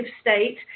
state